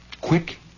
Quick